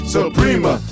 Suprema